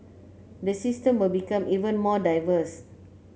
the system will become even more diverse